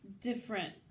different